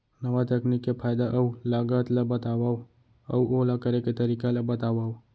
नवा तकनीक के फायदा अऊ लागत ला बतावव अऊ ओला करे के तरीका ला बतावव?